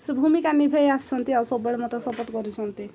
ସେ ଭୂମିକା ନିଭାଇ ଆସୁଛନ୍ତି ଆଉ ସବୁବେଳେ ମୋତେ ସପୋର୍ଟ କରିଛନ୍ତି